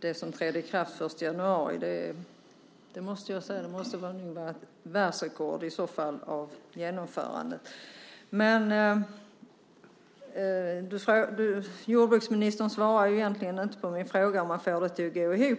det som trädde i kraft den 1 januari redan skulle ha gett effekt på arbetsmarknaden. Det måste jag säga i så fall måste vara världsrekord i genomförande. Jordbruksministern svarade egentligen inte på min fråga om han får det att gå ihop.